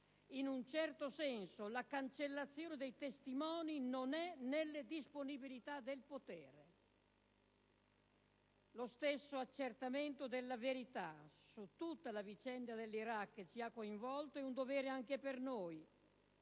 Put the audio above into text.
In un certo senso, la cancellazione dei testimoni non è nelle disponibilità del potere. Lo stesso accertamento della verità su tutta la vicenda dell'Iraq, che ci ha coinvolto, è un dovere anche per noi,